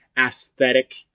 Aesthetic